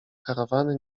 karawany